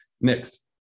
Next